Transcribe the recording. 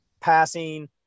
passing